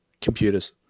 computers